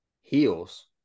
heels